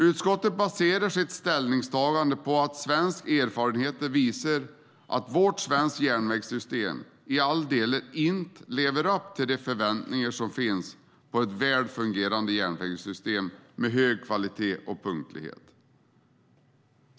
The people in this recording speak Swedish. Utskottet baserar sitt ställningstagande på att svenska erfarenheter visar att vårt svenska järnvägssystem i alla delar inte lever upp till de förväntningar som finns på ett väl fungerande järnvägssystem med hög kvalitet och punktlighet.